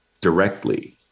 directly